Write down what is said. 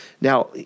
Now